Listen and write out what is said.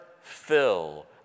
fill